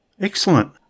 Excellent